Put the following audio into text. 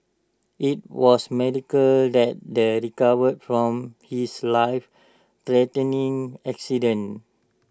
IT was miracle that he recovered from his lifethreatening accident